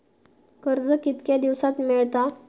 कर्ज कितक्या दिवसात मेळता?